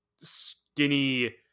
skinny